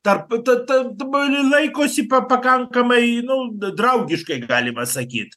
tarp ta ta buli laikosi pa pakankamai į nu draugiškai galima sakyt